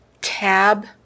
TAB